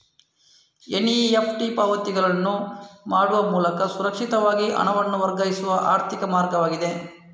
NEFT ಪಾವತಿಗಳನ್ನು ಮಾಡುವ ಮೂಲಕ ಸುರಕ್ಷಿತವಾಗಿ ಹಣವನ್ನು ವರ್ಗಾಯಿಸುವ ಆರ್ಥಿಕ ಮಾರ್ಗವಾಗಿದೆ